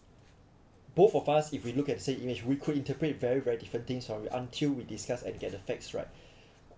both of us if we look at say image we could interpret very very different things from you until we discuss and get the facts right